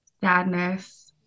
sadness